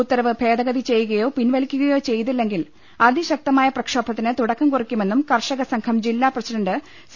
ഉത്തരവ് ഭേദഗതി ചെയ്യുകയോ പിൻവലിക്കുകയോ ചെയ്തില്ലെങ്കിൽ അതിശക്തമായ പ്രക്ഷോഭത്തിന് തുടക്കം കുറിക്കുമെന്നും കർഷക സംഘം ജില്ലാ പ്രസിഡൻറ് സി